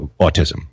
autism